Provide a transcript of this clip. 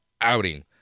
outing